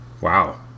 wow